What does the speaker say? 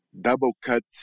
double-cut